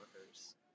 workers